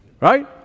Right